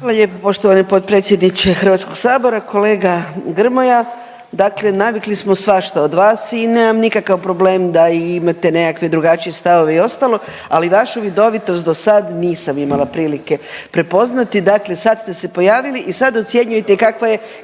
Hvala lijepo poštovani potpredsjedniče HS-a, kolega Grmoja, dakle navikli smo svašta od nas i nemam nikakav problem da i imate nekakve drugačije stavove i ostalo, ali vašu vidovitost do sad nisam imala prilike prepoznati. Dakle sad ste se pojavili i sad ocjenjujete